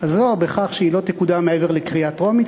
הזאת בכך שהיא לא תקודם מעבר לקריאה טרומית,